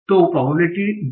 तो probability D